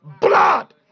blood